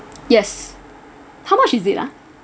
yes how much is it ah